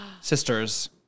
Sisters